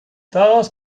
daraus